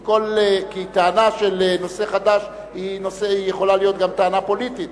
כי טענה של נושא חדש יכולה להיות גם טענה פוליטית,